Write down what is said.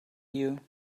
you